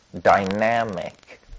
dynamic